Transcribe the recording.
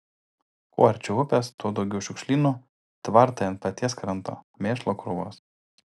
kuo arčiau upės tuo daugiau šiukšlynų tvartai ant paties kranto mėšlo krūvos